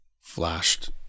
Flashed